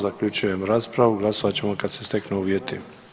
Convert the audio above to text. Zaključujem raspravu, glasovat ćemo kad se steknu uvjeti.